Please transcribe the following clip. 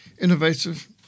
innovative